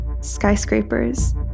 skyscrapers